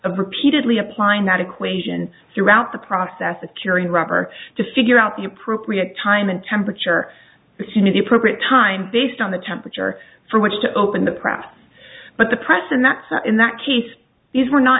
of repeatedly applying that equation throughout the process of curing rubber to figure out the appropriate time and temperature to know the appropriate time based on the temperature for which to open the process but the press and that in that case these were not